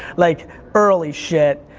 like early shit.